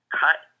cut